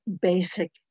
basic